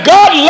God